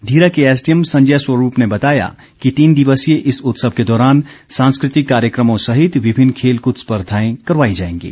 धीरा के एसडीएम संजय स्वरूप ने बताया कि तीन दिवसीय इस उत्सव के दौरान सांस्कृतिक कार्यक्रमों सहित विभिन्न खेलकूद स्पर्धाएं करवाई जाएंगी